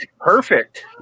Perfect